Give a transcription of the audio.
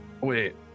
Wait